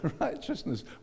righteousness